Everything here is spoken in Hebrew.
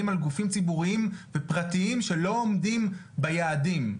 על גופים ציבוריים ופרטיים שלא עומדים ביעדים.